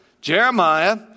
Jeremiah